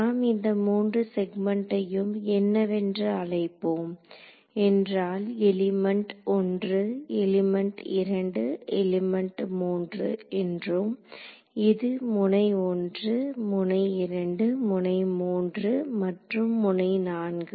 நாம் இந்த மூன்று செக்மண்டையும் என்னவென்று அழைப்போம் என்றால் எலிமெண்ட் 1 எலிமெண்ட் 2 எலிமெண்ட் 3 என்றும் இது முனை 1 முனை 2 முனை 3 மற்றும் முனை 4